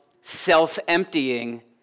self-emptying